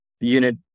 unit